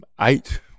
Eight